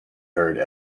heard